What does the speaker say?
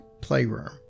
playroom